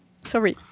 Sorry